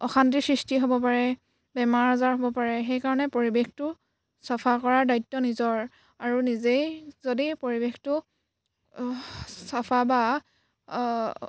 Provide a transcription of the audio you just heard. অশান্তিৰ সৃষ্টি হ'ব পাৰে বেমাৰ আজাৰ হ'ব পাৰে সেইকাৰণে পৰিৱেশটো চাফা কৰাৰ দায়িত্ব নিজৰ আৰু নিজেই যদি পৰিৱেশটো চাফা বা